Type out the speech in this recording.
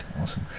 awesome